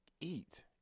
Eat